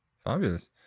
Fabulous